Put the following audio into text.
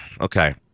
Okay